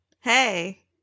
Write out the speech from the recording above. hey